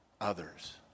others